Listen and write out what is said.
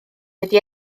wedi